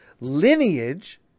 Lineage